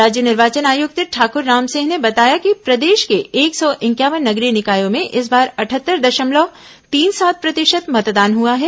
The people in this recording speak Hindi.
राज्य निर्वाचन आयुक्त ठाकुर रामसिंह ने बताया कि प्रदेश र्क एक सौ इंक्यावन नगरीय निकायों में इस बार अटहत्तर दशमलव तीन सात प्रतिशत मतदान हुआ है